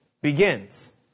begins